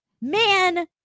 Man